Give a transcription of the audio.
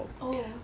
oh